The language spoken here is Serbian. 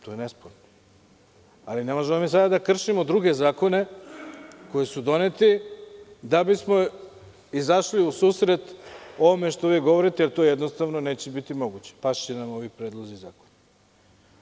To je nesporno, ali ne možemo mi sada da kršimo druge zakone koji su doneti, da bismo izašli u susret ovome što vi govorite, jer to jednostavno neće biti moguće, pašće nam ovi predlozi zakona.